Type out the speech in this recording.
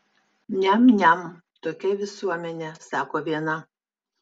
niam niam tokia visuomenė sako viena